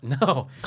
No